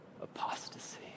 apostasy